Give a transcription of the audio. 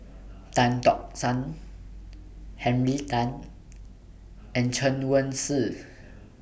Tan Tock San Henry Tan and Chen Wen Hsi